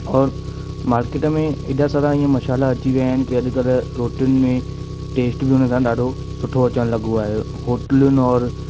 औरि मार्केट में एॾा सारा ईअं मशाला अची विया आहिनि कि अॾकल रोटियुनि में टेस्ट बि उन सां ॾाढो सुठी अचणु लॻो आहे होटलुनि औरि